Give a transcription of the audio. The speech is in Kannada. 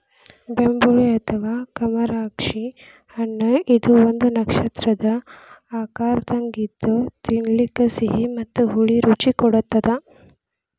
ಬೆಂಬುಳಿ ಅಥವಾ ಕಮರಾಕ್ಷಿ ಹಣ್ಣಇದು ಒಂದು ನಕ್ಷತ್ರದ ಆಕಾರದಂಗ ಇದ್ದು ತಿನ್ನಲಿಕ ಸಿಹಿ ಮತ್ತ ಹುಳಿ ರುಚಿ ಕೊಡತ್ತದ